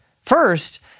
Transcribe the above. First